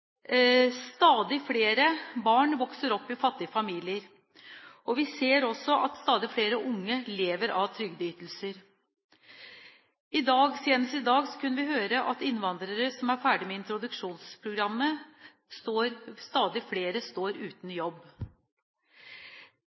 Stadig flere barn vokser opp i fattige familier. Vi ser også at stadig flere unge lever av trygdeytelser. Senest i dag kunne vi høre at stadig flere innvandrere som er ferdige med introduksjonsprogrammet, står uten jobb.